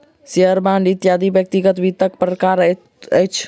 share, bond इत्यादि व्यक्तिगत वित्तक प्रकार होइत अछि